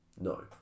No